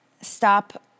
stop